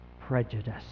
prejudice